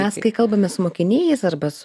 mes kai kalbamės su mokiniais arba su